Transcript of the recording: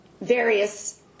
various